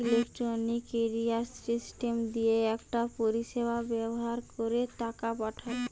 electronic clearing system দিয়ে একটা পরিষেবা ব্যাভার কোরে টাকা পাঠায়